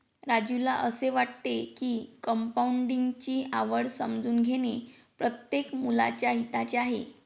राजूला असे वाटते की कंपाऊंडिंग ची आवड समजून घेणे प्रत्येक मुलाच्या हिताचे आहे